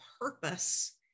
purpose